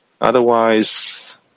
Otherwise